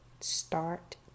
Start